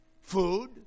food